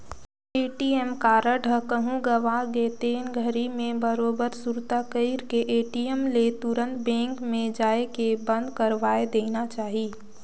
ATM card ह कहूँ गवा गे तेन घरी मे बरोबर सुरता कइर के ए.टी.एम ले तुंरत बेंक मे जायके बंद करवाये देना चाही